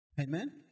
Amen